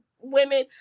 women